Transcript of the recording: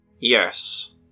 Yes